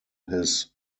his